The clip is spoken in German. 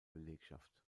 belegschaft